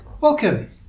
Welcome